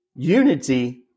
Unity